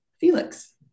Felix